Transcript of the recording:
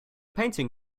painting